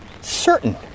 certain